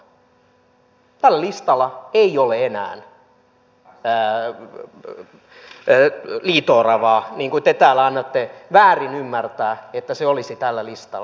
tällä listalla ei ole enää liito oravaa niin kuin te täällä annatte väärin ymmärtää että se olisi tällä listalla